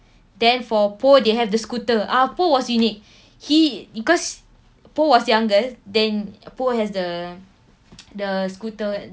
then for po they have the scooter ah po was unique he because po was younger then po has the the scooter